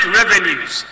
revenues